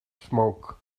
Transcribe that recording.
smoke